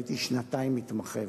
והייתי שנתיים מתמחה,